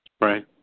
Right